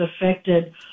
affected